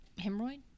Hemorrhoid